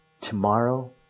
tomorrow